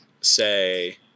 say